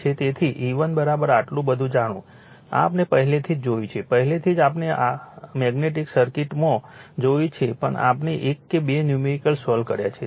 તેથી E1 આટલું બધું જાણો આ આપણે પહેલેથી જ જોયું છે પહેલેથી જ આપણેમેગ્નેટિક સર્કિટમાં જોયું છે પણ આપણે એક કે બે ન્યૂમેરિકલ સોલ્વ કર્યા છે